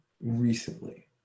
recently